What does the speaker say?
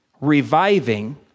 reviving